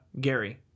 Gary